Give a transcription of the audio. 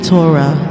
Torah